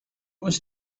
was